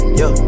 yo